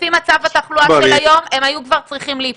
לפי מצב התחלואה של היום הם היו כבר צריכים להיפתח.